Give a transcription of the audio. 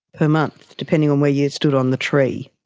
per month, depending on where you stood on the tree.